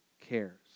cares